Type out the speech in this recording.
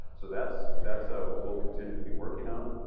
so that's that's ah what we'll continue to be working on.